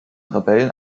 rebellen